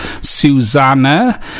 Susanna